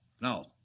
no